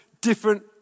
different